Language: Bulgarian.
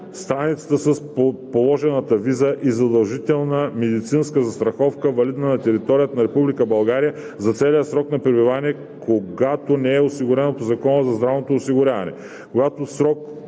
страницата с положената виза, и задължителна медицинска застраховка, валидна на територията на Република България за целия срок на пребиваване, когато не е осигурен по Закона за здравното осигуряване.